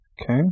Okay